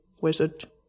wizard